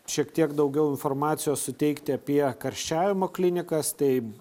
šiek tiek daugiau informacijos suteikti apie karščiavimo klinikas tai